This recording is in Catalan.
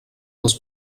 les